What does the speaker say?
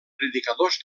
predicadors